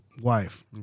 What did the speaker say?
wife